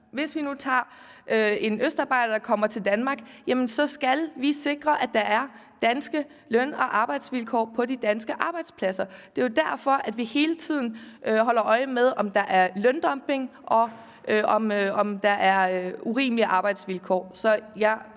Hvis vi nu tager en østarbejder, der kommer til Danmark, jamen så skal vi sikre, at der er danske løn- og arbejdsvilkår på de danske arbejdspladser. Det er jo derfor, vi hele tiden holder øje med, om der er løndumping, og om der er urimelige arbejdsvilkår.